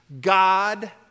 God